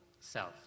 self